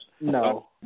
No